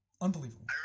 Unbelievable